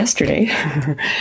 Yesterday